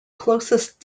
closest